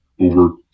over